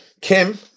Kim